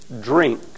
drink